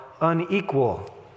unequal